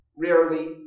rarely